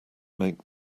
make